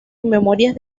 memorias